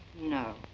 No